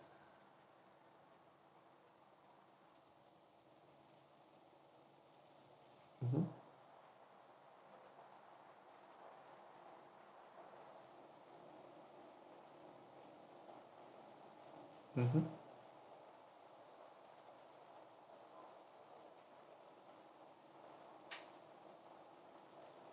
mmhmm mmhmm